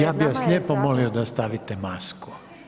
Ja bih vas lijepo molio da stavite masku.